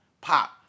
pop